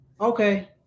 Okay